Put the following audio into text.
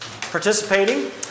participating